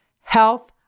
health